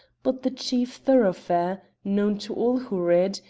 but the chief thoroughfare known to all who read,